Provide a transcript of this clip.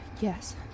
Yes